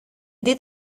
did